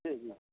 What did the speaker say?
जी जी